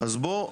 אז בוא,